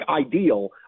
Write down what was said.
ideal